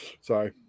Sorry